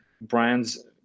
brands